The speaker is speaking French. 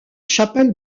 chapelle